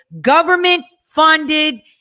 government-funded